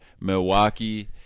Milwaukee